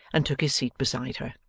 and took his seat beside her.